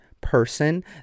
person